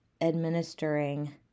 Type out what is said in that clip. administering